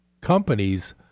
companies